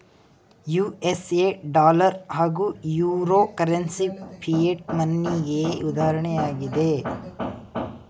USA dollar ಹಾಗೂ euro currency fiat ಮನಿಗೆ ಉದಾಹರಣೆಯಾಗಿದೆ